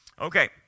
Okay